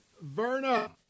Verna